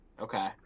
Okay